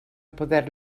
poder